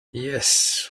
yes